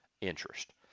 interest